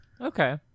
Okay